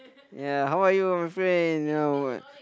ya how are you my friend